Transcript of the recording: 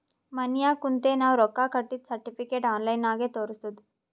ಮನ್ಯಾಗ ಕುಂತೆ ನಾವ್ ರೊಕ್ಕಾ ಕಟ್ಟಿದ್ದ ಸರ್ಟಿಫಿಕೇಟ್ ಆನ್ಲೈನ್ ನಾಗೆ ತೋರಸ್ತುದ್